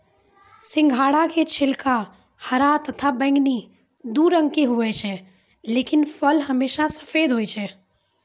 सिंघाड़ा के छिलका हरा तथा बैगनी दू रंग के होय छै लेकिन फल हमेशा सफेद होय छै